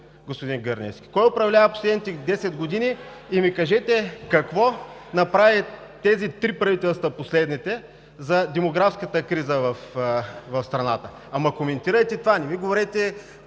господин Гърневски? Кой управлява последните 10 години?! Кажете ми какво направиха последните три правителства за демографската криза в страната? Ама, коментирайте това, а не ми говорете